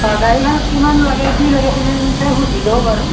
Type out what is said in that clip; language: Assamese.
অ' গাড়ীখনত কিমান লাগে কি লাগে সেনকৈ সুধি ল বাৰু